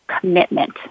commitment